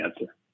answer